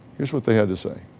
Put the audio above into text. here's what they had to say.